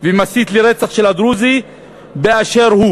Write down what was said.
ומסית לרצח של הדרוזי באשר הוא.